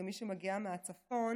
וכמי שמגיעה מהצפון